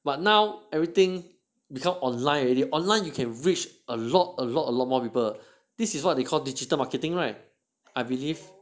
but now everything because online already online you can reach a lot a lot a lot more people this is what they called digital marketing right I believe